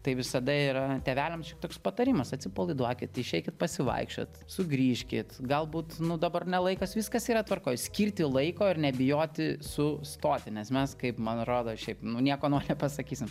tai visada yra tėveliams šioks toks patarimas atsipalaiduokit išeikit pasivaikščiot sugrįžkit galbūt nu dabar ne laikas viskas yra tvarkoj skirti laiko ir nebijoti sustoti nes mes kaip man rodos šiaip nu nieko nepasakysim